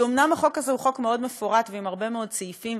כי אומנם החוק הזה הוא חוק מאוד מפורט ועם הרבה מאוד סעיפים,